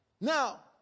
Now